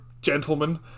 gentlemen